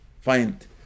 find